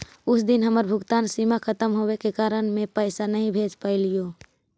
उस दिन हमर भुगतान सीमा खत्म होवे के कारण में पैसे नहीं भेज पैलीओ